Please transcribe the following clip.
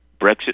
Brexit